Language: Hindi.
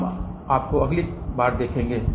हम आपको अगली बार देखेंगे